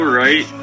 right